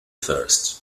first